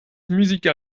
musical